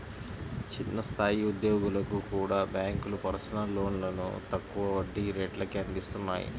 చిన్న స్థాయి ఉద్యోగులకు కూడా బ్యేంకులు పర్సనల్ లోన్లను తక్కువ వడ్డీ రేట్లకే అందిత్తన్నాయి